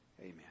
amen